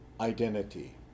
identity